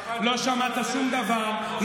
לא שמעת שום דבר.